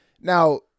Now